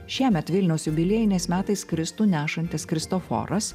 šiemet vilniaus jubiliejiniais metais kristų nešantis kristoforas